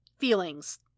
feelings